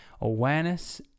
Awareness